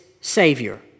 Savior